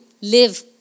live